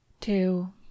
two